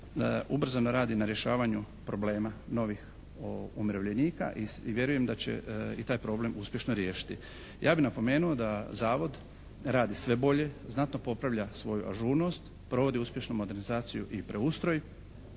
ubrzano radi na rješavanju problema novih umirovljenika i vjerujem da će i taj problem uspješno riješiti. Ja bih napomenuo da zavod radi sve bolje, znatno popravlja svoju ažurnost, provodi uspješno modernizaciju i preustroj